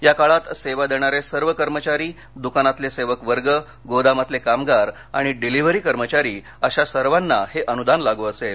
या काळात सेवा देणारे सर्व कर्मचारी दुकानातले सेवक वर्गगोदामातले कामगार आणि डिलिव्हरी कर्मचारी अशा सर्वांना हे अनुदान लागू असेल